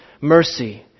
mercy